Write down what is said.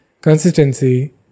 Consistency